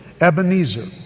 Ebenezer